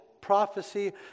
prophecy